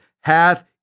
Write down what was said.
hath